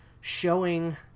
showing